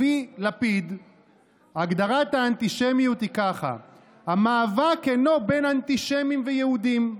לפי לפיד הגדרת האנטישמיות היא ככה: "המאבק אינו בין אנטישמים ויהודים.